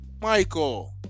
Michael